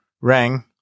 rang